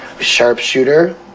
Sharpshooter